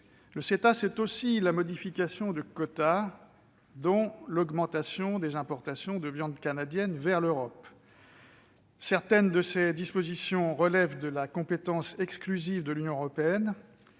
Le CETA, c'est aussi la modification de quotas, dont l'augmentation des importations de viande canadienne vers l'Europe. Certaines de ses dispositions relèvent de la compétence exclusive de l'Union européenne